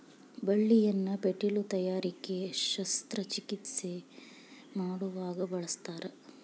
ಬಳ್ಳಿಯನ್ನ ಪೇಟಿಲು ತಯಾರಿಕೆ ಶಸ್ತ್ರ ಚಿಕಿತ್ಸೆ ಮಾಡುವಾಗ ಬಳಸ್ತಾರ